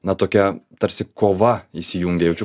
na tokia tarsi kova įsijungė jaučiu